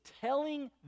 telling